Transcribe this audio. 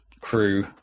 crew